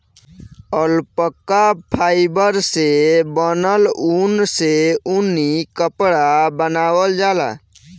alpaca fibre से बनल ऊन से ऊनी कपड़ा बनावल जाला